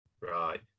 Right